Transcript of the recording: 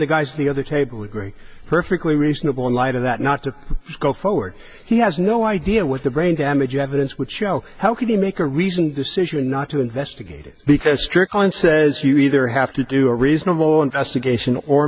the guys the other table agree perfectly reasonable in light of that not to go forward he has no idea what the brain damage evidence would show how could he make a reasoned decision not to investigate it because strickland says you either have to do a reasonable investigation or